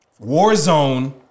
Warzone